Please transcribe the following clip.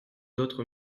autres